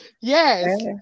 yes